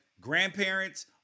grandparents